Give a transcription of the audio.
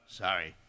sorry